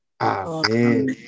Amen